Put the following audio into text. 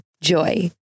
Joy